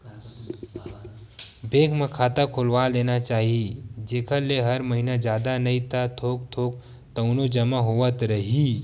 bank म खाता खोलवा लेना चाही जेखर ले हर महिना जादा नइ ता थोक थोक तउनो जमा होवत रइही